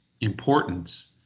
importance